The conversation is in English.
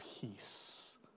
peace